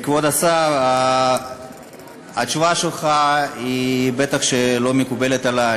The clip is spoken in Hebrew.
השר, התשובה שלך בטח לא מקובלת עלי.